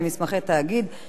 התשע"ב 2011,